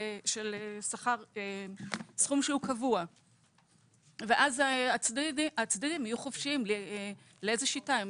סכום שהוא קבוע ואז הצדדים יהיו חופשיים לבחור את השיטה.